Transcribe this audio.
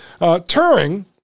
Turing